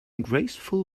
graceful